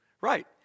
right